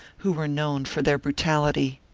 who were known for their brutality.